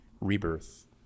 rebirth